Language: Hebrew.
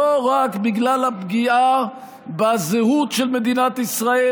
לא רק בגלל הפגיעה בזהות של מדינת ישראל,